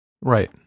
Right